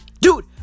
Dude